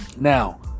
Now